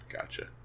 Gotcha